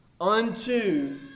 Unto